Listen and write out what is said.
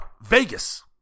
Vegas